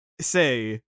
say